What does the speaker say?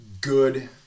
good